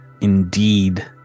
indeed